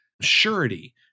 surety